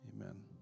Amen